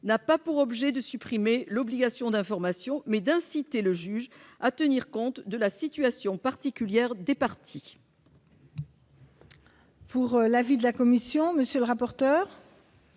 n'a pas pour objet de supprimer l'obligation d'information mais d'inciter le juge à tenir compte de la situation particulière des partis.